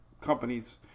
companies